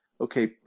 okay